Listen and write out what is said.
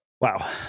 Wow